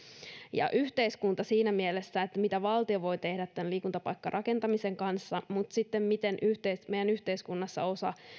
yhteiskunta siinä mielessä mitä valtio voi tehdä liikuntapaikkarakentamisen kanssa mutta sitten se miten meidän yhteiskunnassa